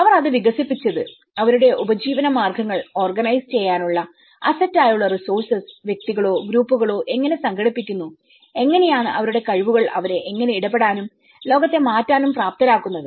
അവർ അത് വികസിപ്പിച്ചത് അവരുടെ ഉപജീവനമാർഗ്ഗങ്ങൾ ഓർഗനൈസ് ചെയ്യാനുള്ള അസ്സറ്റ് ആയുള്ള റിസോഴ്സസ് വ്യക്തികളോ ഗ്രൂപ്പുകളോ എങ്ങനെ സംഘടിപ്പിക്കുന്നു എങ്ങനെയാണ് അവരുടെ കഴിവുകൾ അവരെ എങ്ങനെ ഇടപെടാനും ലോകത്തെ മാറ്റാനും പ്രാപ്തരാക്കുന്നത്